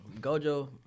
Gojo